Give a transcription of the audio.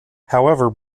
however